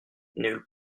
nulle